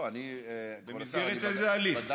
במסגרת איזה הליך?